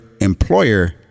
employer